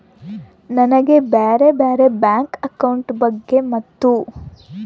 ನನಗೆ ಬ್ಯಾರೆ ಬ್ಯಾರೆ ಬ್ಯಾಂಕ್ ಅಕೌಂಟ್ ಬಗ್ಗೆ ಮತ್ತು?